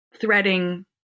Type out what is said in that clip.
threading